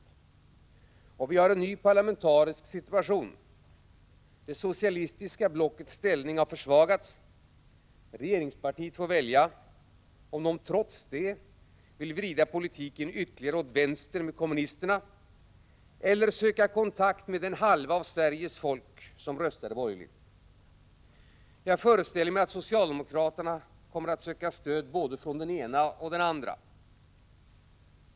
Vi har dessutom en ny parlamentarisk situation. Det socialistiska blockets ställning har försvagats. Regeringspartiet får välja om det trots detta vill vrida politiken ytterligare åt vänster med kommunisterna eller söka kontakt med den halva av Sveriges folk som röstade borgerligt. Jag föreställer mig att socialdemokraterna kommer att söka stöd från både den ene och den andra.